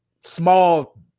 small